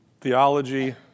theology